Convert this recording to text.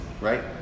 right